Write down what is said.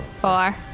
Four